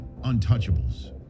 untouchables